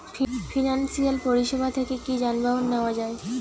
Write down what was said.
Financial পরিসেবা থেকে কি যানবাহন নেওয়া যায়?